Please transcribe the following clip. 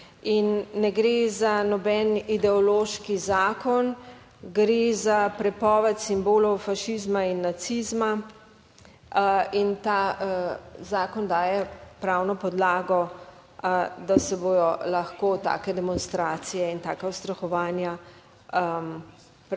In ne gre za noben ideološki zakon. Gre za prepoved simbolov fašizma in nacizma. In ta zakon daje pravno podlago, da se bodo lahko take demonstracije in taka ustrahovanja prepovedala.